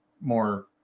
more